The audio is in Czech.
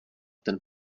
ten